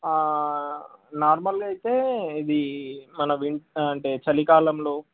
నార్మల్గా అయితే ఇది మన వి అంటే చలికాలంలో